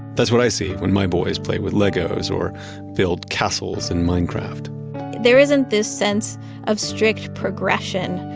that's what i see when my boys play with legos or build castles in minecraft there isn't this sense of strict progression.